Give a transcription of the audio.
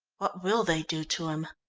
what will they do to him?